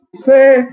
say